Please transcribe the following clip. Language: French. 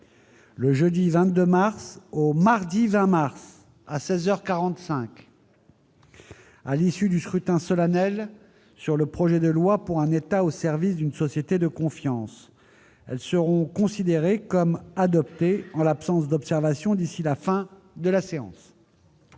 le jeudi 22 mars au mardi 20 mars, à seize heures quarante-cinq, à l'issue du scrutin solennel sur le projet de loi pour un État au service d'une société de confiance. Elles seront considérées comme adoptées en l'absence d'observations d'ici à la fin de la séance.